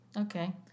Okay